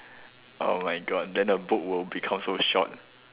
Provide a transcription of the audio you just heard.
oh my god then the book will become so short